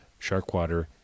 Sharkwater